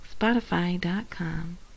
spotify.com